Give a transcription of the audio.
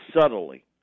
subtly